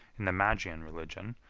in the magian religion,